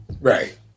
right